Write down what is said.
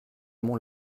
mon